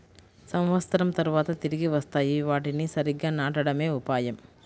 సంవత్సరం తర్వాత తిరిగి వస్తాయి, వాటిని సరిగ్గా నాటడమే ఉపాయం